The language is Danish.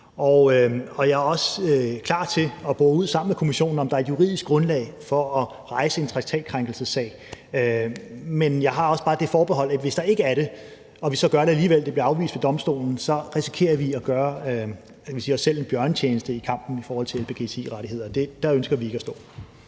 jeg er også klar til sammen med Kommissionen at bore ud, om der er et juridisk grundlag for at rejse en traktatkrænkelsessag. Men jeg har også bare det forbehold, at vi, hvis der ikke er det, og vi så gør det alligevel, og det bliver afvist ved Domstolen, så risikerer at gøre os selv en bjørnetjeneste i kampen for lgbti-rettigheder. Og der ønsker vi ikke at stå.